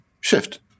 shift